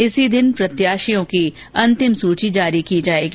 इसी दिन प्रत्याशियों की अंतिम सूची जारी की जाएगी